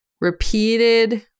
Repeated